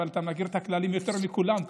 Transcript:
אבל אתה מכיר את הכללים יותר מכולם פה.